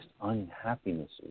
unhappinesses